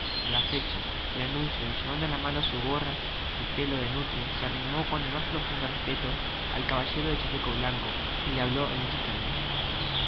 á la fecha el anuncio y llevando la mano á su gorra de pelo de nutria se arrimó con el mas profundo respeto al caballero del chaleco blanco y le habló en estos términos